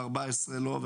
ו-14 לא?